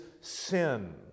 sin